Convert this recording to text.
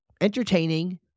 entertaining